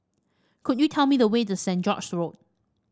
could you tell me the way to Saint George Road